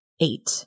Eight